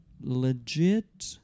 legit